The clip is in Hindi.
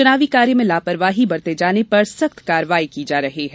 चुनावी कार्य में लापरवाही बरते जाने पर सख्त कार्यवाही की जा रही है